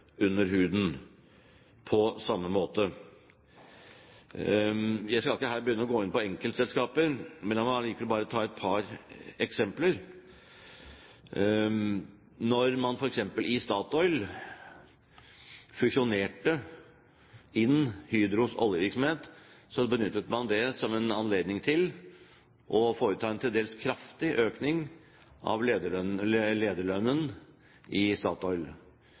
under huden på samme måte. Jeg skal ikke her begynne å gå inn på enkeltselskaper, men la meg allikevel bare ta et par eksempler. Da Statoil fusjonerte inn Hydros oljevirksomhet, benyttet man det som en anledning til å foreta en til dels kraftig økning av lederlønnen i